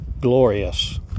glorious